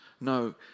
No